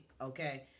okay